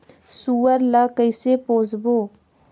सुअर ला कइसे पोसबो?